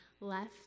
left